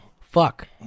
Fuck